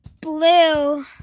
Blue